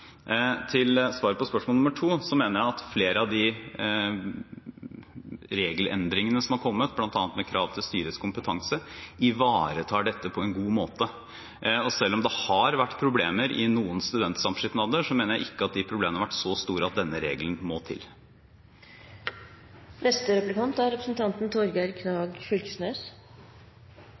Til svar på spørsmål nr. 2: Jeg mener at flere av de regelendringene som har kommet, bl.a. med krav til styrets kompetanse, ivaretar dette på en god måte. Selv om det har vært problemer i noen studentsamskipnader, mener jeg ikke at de problemene har vært så store at denne regelen må til. Som eg var inne på i mitt innlegg, er